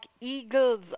eagles